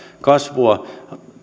kasvua